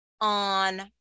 on